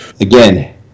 Again